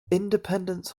independence